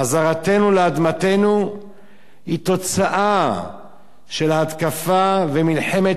חזרתנו לאדמתנו היא תוצאה של התקפה ומלחמת